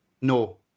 No